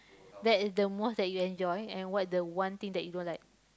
that is the most that you enjoy and what the one thing that you don't like